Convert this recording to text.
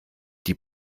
die